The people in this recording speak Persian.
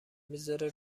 میذاره